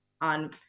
on